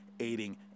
aiding